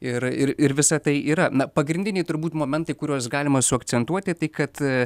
ir ir ir visa tai yra na pagrindiniai turbūt momentai kuriuos galima suakcentuoti tai kad